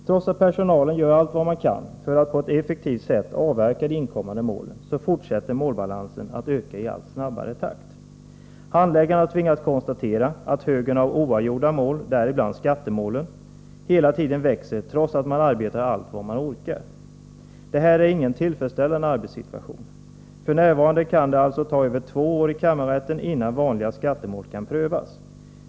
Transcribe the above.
Trots att personalen gör allt vad den kan för att på ett effektivt sätt avverka de inkommande målen fortsätter målbalansen att öka i allt snabbare takt. Handläggarna tvingas konstatera att högen av oavgjorda mål, däribland skattemålen, hela tiden växer trots att man arbetar allt vad man orkar. Det är ingen tillfredsställande arbetssituation. F.n. kan det ta över två år innan vanliga skattemål kan prövas i kammarrätten.